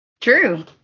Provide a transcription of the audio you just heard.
True